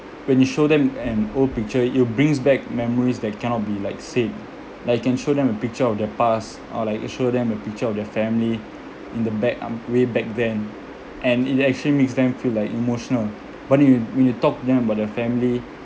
when you show them an old picture it'll brings back memories that cannot be like said like can show them a picture of their past or like show them a picture of their family in the back um way back then and it actually makes them feel like emotional but then when you when you talk to them about their family